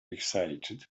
excited